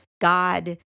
God